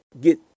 get